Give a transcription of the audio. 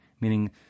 meaning